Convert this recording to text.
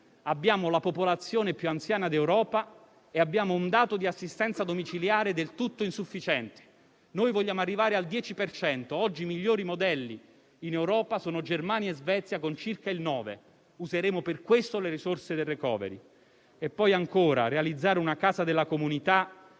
abbiamo la popolazione più anziana d'Europa e abbiamo un dato di assistenza domiciliare del tutto insufficiente. Noi vogliamo arrivare al 10 per cento. Oggi i migliori modelli in Europa sono la Germania e la Svezia con circa il 9 per cento; useremo per questo le risorse del *recovery fund.* E poi, ancora, realizzare una Casa della comunità